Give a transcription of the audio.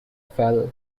fell